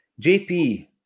JP